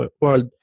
world